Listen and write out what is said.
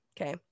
Okay